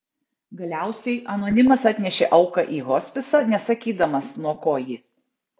galiausiai anonimas atnešė auką į hospisą nesakydamas nuo ko ji